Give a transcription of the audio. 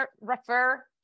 refer